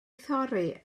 thorri